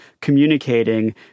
communicating